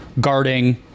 guarding